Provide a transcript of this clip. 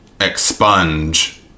expunge